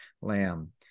lamb